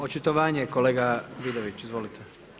Očitovanje kolega Vidović, izvolite.